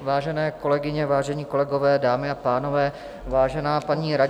Vážené kolegyně, vážení kolegové, dámy a pánové, vážená paní radní.